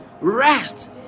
Rest